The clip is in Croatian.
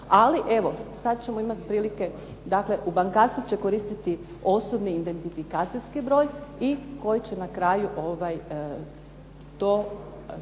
Ali evo, sad ćemo imati prilike, dakle u bankarstvu će koristiti osobni identifikacijski broj i koji će na kraju to,